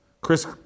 Chris